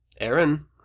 Aaron